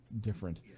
different